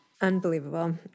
Unbelievable